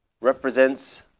represents